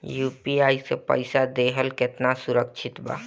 UPI से पईसा देहल केतना सुरक्षित बा?